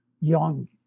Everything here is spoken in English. young